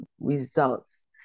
results